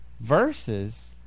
verses